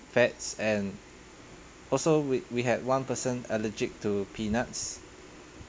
fats and also we we had one person allergic to peanuts